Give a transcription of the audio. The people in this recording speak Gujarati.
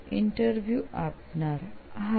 ઈન્ટરવ્યુ આપનાર હા